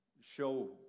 Show